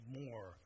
more